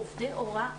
עובדי הוראה עושים.